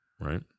right